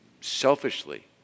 selfishly